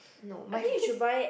no my face